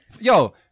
Yo